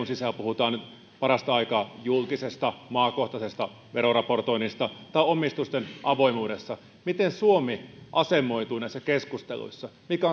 sisällä puhutaan parasta aikaa julkisesta maakohtaisesta veroraportoinnista tai omistusten avoimuudesta suomi asemoituu näissä keskusteluissa mikä